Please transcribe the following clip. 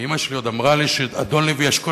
ואמא שלי עוד אמרה לי שאדון לוי אשכול